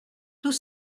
tout